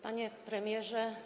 Panie Premierze!